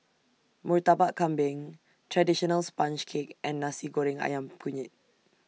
Murtabak Kambing Traditional Sponge Cake and Nasi Goreng Ayam Kunyit